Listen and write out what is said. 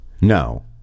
No